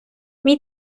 мій